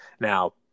now